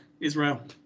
Israel